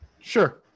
Sure